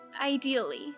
ideally